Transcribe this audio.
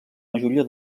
majoria